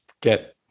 get